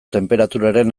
tenperaturaren